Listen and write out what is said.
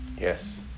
Yes